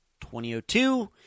2002